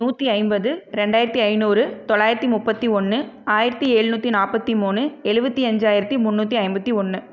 நூற்றி ஐம்பது ரெண்டாயிரத்தி ஐந்நூறு தொள்ளாயிரத்தி முப்பத்தி ஒன்று ஆயிரத்தி எழுநூற்றி நாத்தி மூணு எழுபத்தி அஞ்சாயிரத்தி முன்னூற்றி ஐம்பத்தி ஒன்று